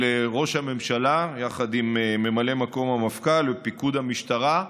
ראש הממשלה יחד עם ממלא מקום המפכ"ל ופיקוד המשטרה,